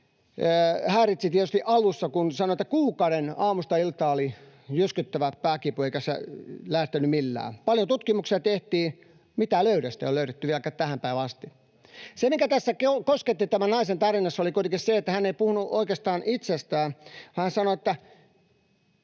häiritsi tietysti alussa, kuten hän sanoi, että kuukauden oli aamusta iltaan jyskyttävä pääkipu eikä se lähtenyt millään. Paljon tutkimuksia tehtiin, mutta mitään löydöstä ei ole löydetty vielä tähänkään päivään mennessä. Se, mikä tämän naisen tarinassa kosketti, oli kuitenkin se, että hän ei puhunut oikeastaan itsestään, vaan hän sanoi, että